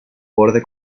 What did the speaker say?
borde